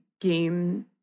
game